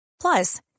Plus